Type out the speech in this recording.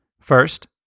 First